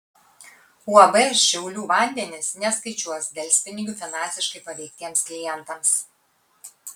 uab šiaulių vandenys neskaičiuos delspinigių finansiškai paveiktiems klientams